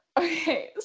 Okay